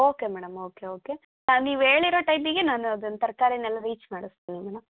okay madam okay okay ಹಾಂ ನೀವು ಹೇಳಿರೋ ಟೈಮಿಗೆ ನಾನು ಅದನ್ನು ತರಕಾರಿನೆಲ್ಲ ರೀಚ್ ಮಾಡಿಸ್ತೀನಿ ಮೇಡಮ್